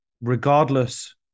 regardless